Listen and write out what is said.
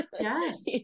Yes